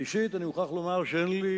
ראשית, אני מוכרח לומר שאינני